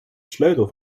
sleutel